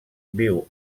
viu